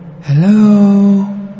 Hello